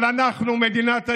אבל אנחנו מדינת היהודים,